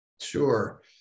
Sure